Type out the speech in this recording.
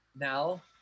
now